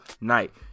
night